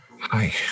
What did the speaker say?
Hi